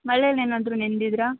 ಮಳೇಲಿ ಏನಾದ್ರೂ ನೆನೆದಿದ್ರಾ